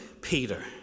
peter